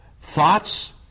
thoughts